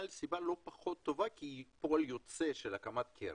אבל, סיבה לא פחות טובה פועל יוצא של הקמת קרן,